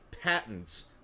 patents